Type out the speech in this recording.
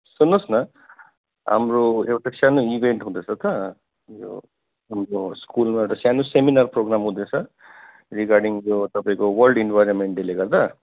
सुन्नुहोस् न हाम्रो एउटा सानो इभेन्ट हुँदैछ त यो तपाईँको स्कुलमा एउटा सानो सेमिनार प्रोग्राम हुँदैछ रिगार्डिङ यो तपाईँको वर्ल्ड इन्भाइरोन्मेन्ट डेले गर्दा